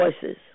voices